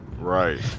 Right